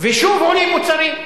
ושוב עולים מחירי מוצרים,